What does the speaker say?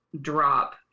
drop